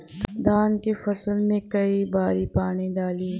धान के फसल मे कई बारी पानी डाली?